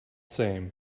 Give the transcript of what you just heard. same